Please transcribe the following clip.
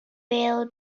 bêl